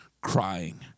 crying